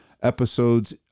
episodes